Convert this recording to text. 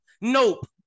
Nope